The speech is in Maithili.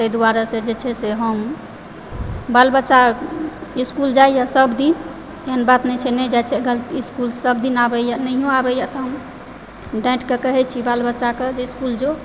ताहि दुआरे जे छै से हम बाल बच्चा स्कूल जाइए सभ दिन एहन बात नहि छै नहि जाइ छै गलती इस्कूलसभ दिन आबइए नहिओ आबइए तऽ हम डाँटिक कहैत छी बाल बच्चाकऽ जे इस्कूल जो